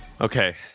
Okay